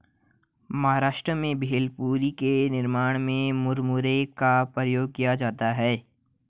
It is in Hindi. महाराष्ट्र में भेलपुरी के निर्माण में मुरमुरे का उपयोग किया जाता है